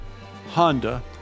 Honda